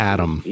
Adam